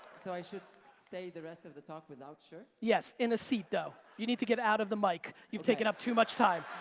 so i should stay the rest of the talk without shirt? yes, in a seat, though. you need to get out of the mic. you've taken up too much time.